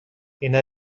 اینا